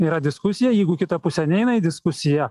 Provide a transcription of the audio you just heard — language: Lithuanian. yra diskusija jeigu kita pusė neina į diskusiją